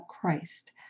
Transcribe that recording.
Christ